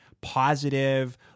positive